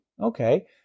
okay